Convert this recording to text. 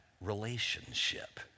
relationship